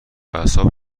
اعصاب